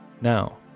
now